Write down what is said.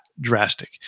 drastic